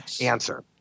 answer